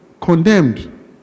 condemned